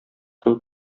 кебек